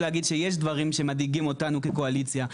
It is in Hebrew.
שיש דברים שמדאיגים אותנו בקואליציה,